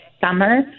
summer